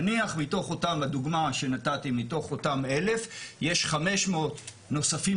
נניח מתוך אותם 1,000 יש 500 נוספים